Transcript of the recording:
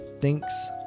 Thanks